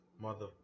Mother